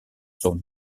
sont